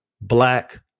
Black